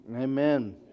Amen